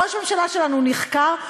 שראש ממשלה שלנו נחקר.